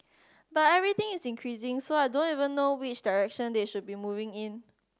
but everything is increasing so I don't even know which direction they should be moving in